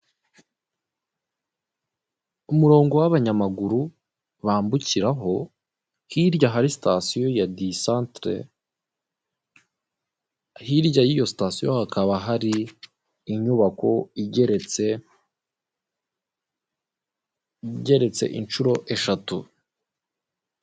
Umurongo w'abanyamaguru bambukiraho hirya hari sitasiyo ya di centere hirya y'iyo sitasiyo hakaba hari inyubako igeretse inshuro eshatu.